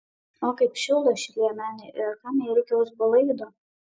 o kaip šildo ši liemenė ir kam jai reikia usb laido